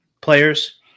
players